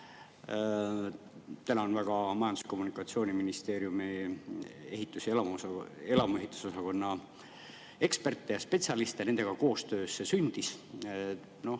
Tänan väga Majandus‑ ja Kommunikatsiooniministeeriumi elamuehitusosakonna eksperte ja spetsialiste, kellega koostöös see sündis.